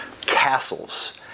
castles